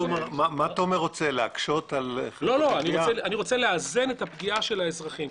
אני רוצה לאזן את הפגיעה של האזרחים.